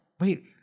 Wait